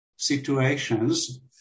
situations